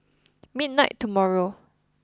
midnight tomorrow